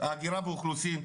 ההגירה והאוכלוסין?